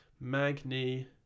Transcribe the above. Magni